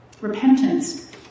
Repentance